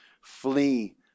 Flee